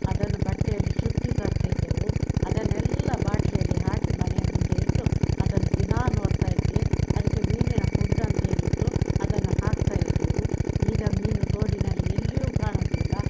ಅದನ್ನು ಬಟ್ಟೆಯಲ್ಲಿ ಸುತ್ತಿ ತರ್ತಿದ್ದೆವು ಅದನ್ನೆಲ್ಲ ಬಾಟ್ಲಿಯಲ್ಲಿ ಹಾಕಿ ಮನೆಯ ಮುಂದೆ ಇಟ್ಟು ಅದನ್ನು ದಿನ ನೋಡ್ತಾ ಇದ್ವಿ ಅದಕ್ಕೆ ಮೀನಿನ ಫುಡ್ ಅಂತೇಳಿತ್ತು ಅದನ್ನ ಹಾಕ್ತಾ ಇದ್ದೆವು ಈಗ ಮೀನು ತೋಡಿನಲ್ಲಿ ಎಲ್ಲಿಯೂ ಕಾಣುದಿಲ್ಲ